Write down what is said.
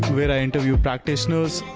where i interview practitioners,